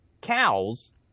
cows